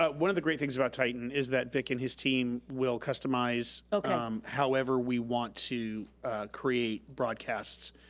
but one of the great things about titan is that vic and his team will customize um however we want to create broadcasts.